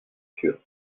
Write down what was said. sûr